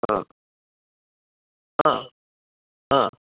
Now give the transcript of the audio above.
ह ह ह